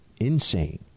insane